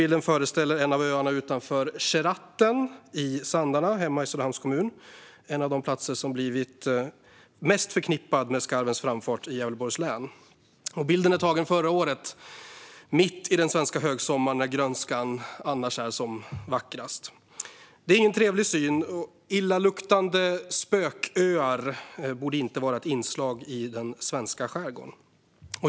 Bilden föreställer en av öarna utanför Kjeratten i Sandarne, i Söderhamns kommun. Det är en av de platser som har blivit mest förknippade med skarvens framfart i Gävleborgs län. Bilden är tagen förra året, mitt i den svenska högsommaren, när grönskan annars är som vackrast. Det är ingen trevlig syn. Illaluktande spököar borde inte vara ett inslag i den svenska skärgården.